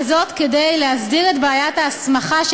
וזאת כדי להסדיר את בעיית ההסמכה של